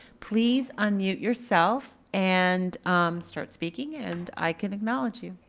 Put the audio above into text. please unmute yourself and start speaking and i can acknowledge you.